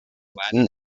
latin